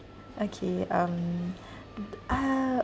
okay um uh